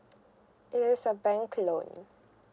it is a bank loan